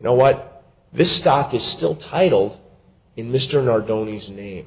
you know what this stock is still titled in mr nardelli as a name